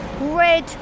red